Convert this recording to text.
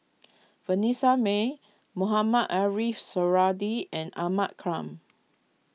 Vanessa Mae Mohamed Ariff Suradi and Ahmad Khan